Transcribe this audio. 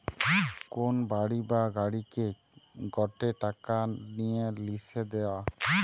কোন বাড়ি বা গাড়িকে গটে টাকা নিয়ে লিসে দেওয়া